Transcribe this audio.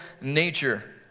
nature